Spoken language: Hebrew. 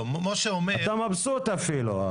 אתה מבסוט אפילו.